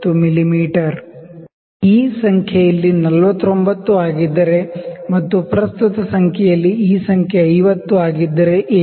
9 mm ಈ ಸಂಖ್ಯೆ ಇಲ್ಲಿ 49 ಆಗಿದ್ದರೆ ಮತ್ತು ಪ್ರಸ್ತುತ ಸಂಖ್ಯೆಯಲ್ಲಿ ಈ ಸಂಖ್ಯೆ 50 ಆಗಿದ್ದರೆ ಏನು